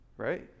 Right